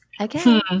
okay